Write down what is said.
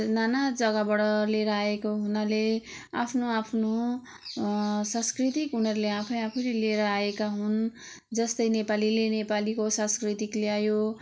नाना जग्गाबाट लिएर आएको हुनाले आफ्नो आफ्नो संस्कृतिको उनीहरूले आफै आफैले लिएर आएका हुन् जस्तै नेपालीले नेपालीको सांस्कृतिक ल्यायो